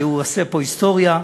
הוא עושה פה היסטוריה.